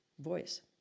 voice